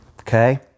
Okay